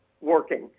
working